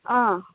অঁ